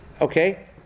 Okay